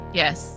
yes